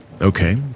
Okay